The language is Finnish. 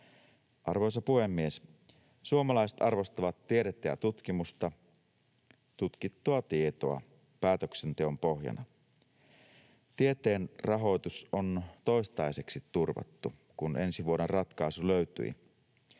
Arvoisa puhemies! Suomalaiset arvostavat tiedettä ja tutkimusta, tutkittua tietoa päätöksenteon pohjana. Tieteen rahoitus on toistaiseksi turvattu, kun ensi vuoden ratkaisu löytyi.